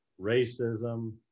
racism